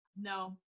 No